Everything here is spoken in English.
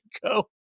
go